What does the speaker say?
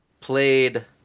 played